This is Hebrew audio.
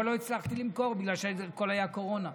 אבל לא הצלחתי למכור בגלל שהכול היה בקורונה.